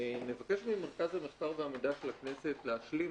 נבקש ממרכז המחקר והמידע של הכנסת להשלים